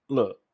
Look